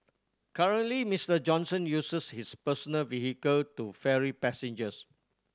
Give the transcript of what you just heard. currently Mister Johnson uses his personal vehicle to ferry passengers